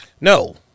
no